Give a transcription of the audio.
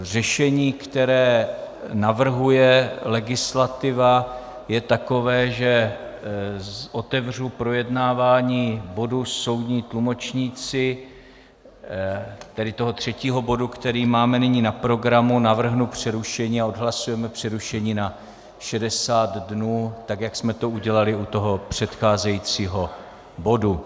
Řešení, které navrhuje legislativa, je takové, že otevřu projednávání bodu soudní tlumočníci, tedy toho třetího bodu, který máme nyní na programu, navrhnu přerušení a odhlasujeme přerušení na 60 dnů, tak jak jsme to udělali u toho předcházejícího bodu.